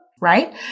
right